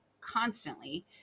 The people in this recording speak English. constantly